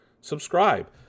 subscribe